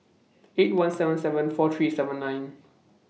eight one seven seven four three seven nine